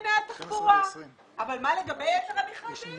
ענייני התחבורה אבל מה לגבי יתר המכרזים?